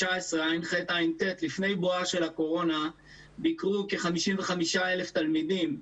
תשע"ח-תשע"ט לפני בואה של הקורונה ביקרו כ-55,000 תלמידים.